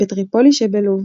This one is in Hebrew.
בטריפולי שבלוב.